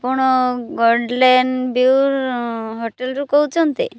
ଆପଣ ଗଡ଼୍ ଲ୍ୟାଣ୍ଡ ହୋଟେଲରୁ କହୁଛନ୍ତି